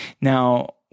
Now